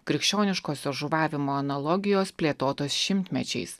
krikščioniškosios žuvavimo analogijos plėtotos šimtmečiais